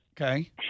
Okay